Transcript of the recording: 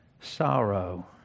sorrow